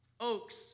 oaks